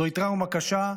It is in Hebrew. זוהי טראומה קשה,